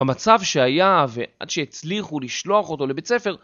המצב שהיה, ועד שהצליחו לשלוח אותו לבית ספר